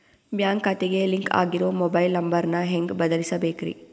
Bank ಖಾತೆಗೆ link ಆಗಿರೋ mobile number ನ ಹೆಂಗ್ ಬದಲಿಸಬೇಕ್ರಿ?